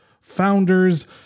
founders